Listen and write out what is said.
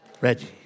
Reggie